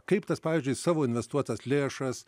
kaip tas pavyzdžiui savo investuotas lėšas